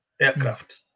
aircraft